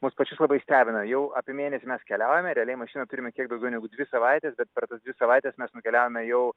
mus pačius labai stebina jau apie mėnesį mes keliaujame realiai mašiną turime kiek daugiau negu dvi savaites bet per tas dvi savaites mes nukeliavome jau